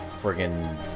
friggin